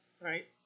right